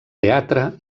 teatre